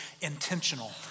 intentional